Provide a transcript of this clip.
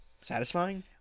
satisfying